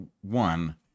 One